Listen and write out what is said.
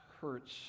hurts